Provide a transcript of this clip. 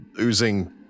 oozing